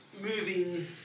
moving